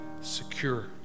secure